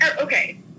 okay